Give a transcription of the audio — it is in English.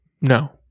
No